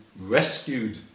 rescued